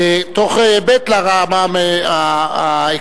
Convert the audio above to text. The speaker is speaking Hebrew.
תוך היבט לרמה העקרונית.